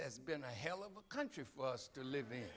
has been a hell of a country for us to live in